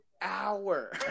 hour